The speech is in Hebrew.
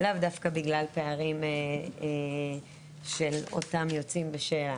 לאו דווקא בגלל פערים של אותם יוצאים בשאלה,